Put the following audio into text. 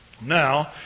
now